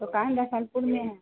दुकान तो सनपुर में है